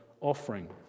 offering